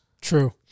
True